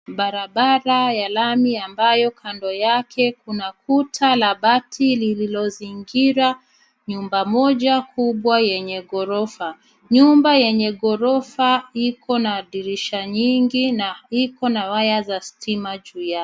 Barabara ya lami ambayo kando yake kuna kuta la bati lililozingira nyumba moja kubwa yenye ghorofa. Nyumba yenye ghorofa iko na dirisha nyingi na iko na waya za stima juu yake.